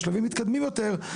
בשלבים מתקדמים יותר,